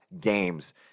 games